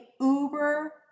uber